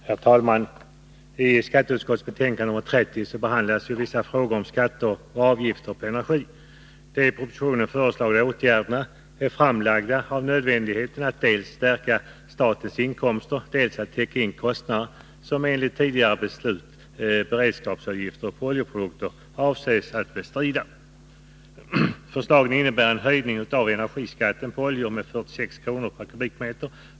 Herr talman! I skatteutskottets betänkande nr 30 behandlas bl.a. vissa frågor om skatter och avgifter på energi. De i propositionen föreslagna åtgärderna är framlagda mot bakgrund av nödvändigheten av att dels stärka statens inkomster, dels täcka kostnader som enligt tidigare beslut skall bestridas genom beredskapsavgifter på oljeprodukter. Förslagen innebär en höjning av energiskatten på oljor med 46 kr./m?